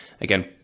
Again